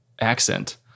accent